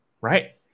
right